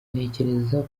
ntekereza